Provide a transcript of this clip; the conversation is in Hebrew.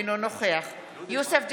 אינו נוכח יוסף ג'בארין,